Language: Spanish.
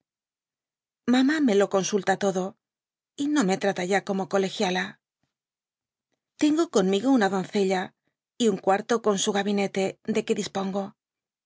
jioucchitmamá me lo consulta todo y no me trata ya como colegiala tengo conmigo una dtoncclia y un cuai to con su gabinete deque dispongo te